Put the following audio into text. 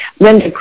Linda